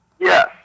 Yes